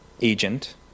agent